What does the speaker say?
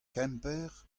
kemper